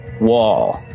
wall